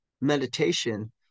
meditation